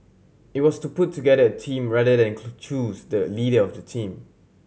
it was to put together team rather than choose the leader of the team